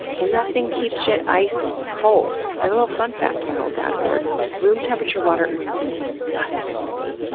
and that thing keeps shit ice cold. and a little fun fact about old dad ward room temperature water is disgusting to me.